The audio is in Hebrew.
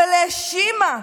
אבל האשימה,